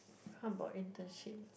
how about internship